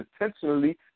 intentionally